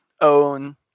own